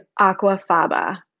aquafaba